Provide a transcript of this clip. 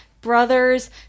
brothers